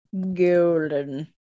Golden